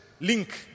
link